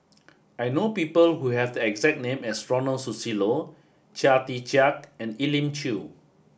I know people who have the exact name as Ronald Susilo Chia Tee Chiak and Elim Chew